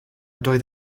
doedd